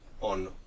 on